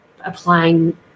applying